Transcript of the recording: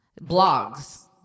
Blogs